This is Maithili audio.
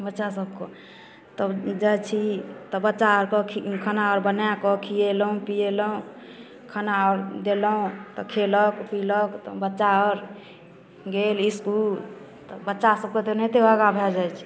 बच्चासबके तब जाइ छी तब बच्चा आओरके खाना बनाकऽ खिएलहुँ पिएलहुँ खाना आओर देलहुँ तऽ खेलक पिलक बच्चा आओर गेल इसकुल तऽ बच्चासबके तऽ ओनाहिते योगा भऽ जाइ छै